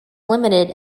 limited